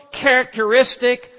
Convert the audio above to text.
characteristic